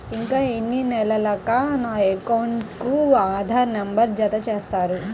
ఇంకా ఎన్ని నెలలక నా అకౌంట్కు ఆధార్ నంబర్ను జత చేస్తారు?